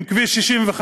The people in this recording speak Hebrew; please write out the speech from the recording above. עם כביש 65,